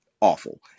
awful